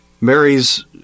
Mary's